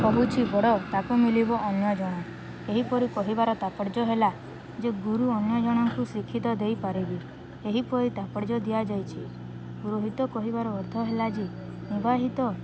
କହୁଛି ବଡ଼ ତାକୁ ମିଳିବ ଅନ୍ୟଜଣ ଏହିପରି କହିବାର ତାପର୍ଯ୍ୟ ହେଲା ଯେ ଗୁରୁ ଅନ୍ୟ ଜଣଙ୍କୁ ଶିକ୍ଷିତ ଦେଇପାରିବି ଏହିପରି ତାପର୍ଯ୍ୟ ଦିଆଯାଇଛି ଗୃହିତ କହିବାର ଅର୍ଥ ହେଲା ଯେ ନିବାହିତ